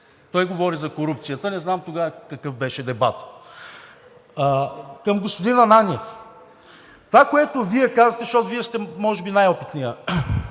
Той говори за корупцията – не знам тогава какъв беше дебатът?! Към господин Ананиев – това, което Вие казвате, защото Вие сте може би най-опитният